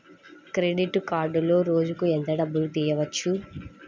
Credit కార్డులో రోజుకు ఎంత డబ్బులు తీయవచ్చు?